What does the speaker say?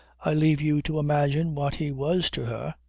i leave you to imagine what he was to her.